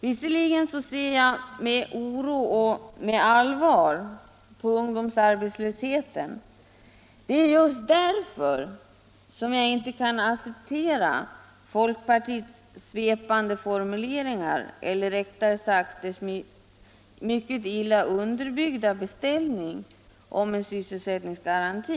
Visserligen ser jag med oro och med allvar på ungdomsarbetslösheten, men det är just därför som jag inte kan acceptera folkpartiets svepande formulering eller, rättare sagt, dess mycket illa underbyggda beställning av en sysselsättningsgaranti.